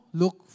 look